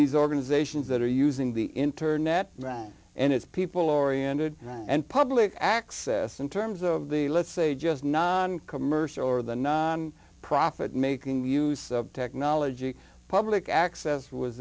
these organizations that are using the internet around and it's people oriented and public access in terms of the let's say just non commercial or the non profit making use of technology public access was